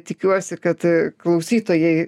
tikiuosi kad klausytojai